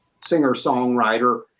singer-songwriter